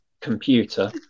computer